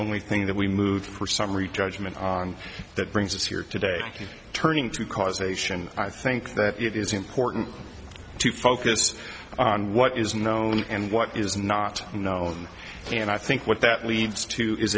only thing that we moved for summary judgment on that brings us here today q turning to causation i think that it is important to focus on what is known and what is not known and i think what that leads to i